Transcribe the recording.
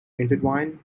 intertwined